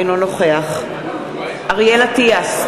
אינו נוכח אריאל אטיאס,